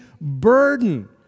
burden